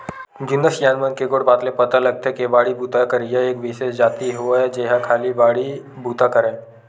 जुन्ना सियान मन के गोठ बात ले पता लगथे के बाड़ी बूता करइया एक बिसेस जाति होवय जेहा खाली बाड़ी बुता करय